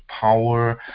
power